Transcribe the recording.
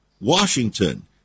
Washington